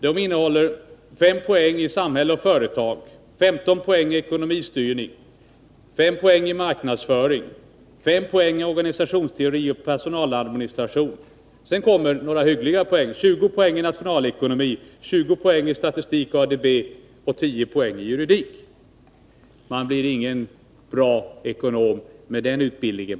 Det innehåller 5 poäng i samhälle och företag, 15 poäng i ekonomistyrning, 5 poäng i marknadsföring samt 5 poäng i organisationsteori och personaladministration. Sedan kommer en del hyggliga poäng: 20 poäng i nationalekonomi, 20 poäng i statistik och ADB samt 10 poäng i juridik. Man blir inte en bra ekonom med den utbildningen.